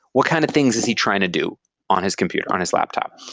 what kind of things is he trying to do on his computer, on his laptop?